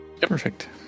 Perfect